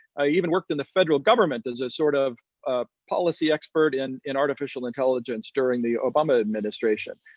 i even worked in the federal government as a sort of ah policy expert in in artificial intelligence during the obama administration.